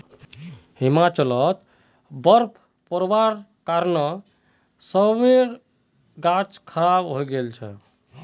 हिमाचलत बर्फ़ पोरवार कारणत सेबेर गाछ खराब हई गेल छेक